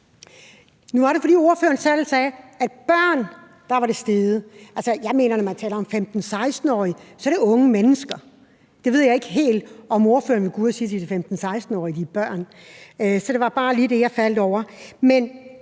Nu var det, fordi ordføreren selv sagde, at tallet for børn var steget. Jeg mener, at det, når man taler om 15-16-årige, er unge mennesker. Jeg ved ikke helt, om ordføreren vil gå ud at sige til de 15-16-årige, at de er børn. Så det var bare lige det, jeg faldt over.